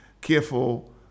careful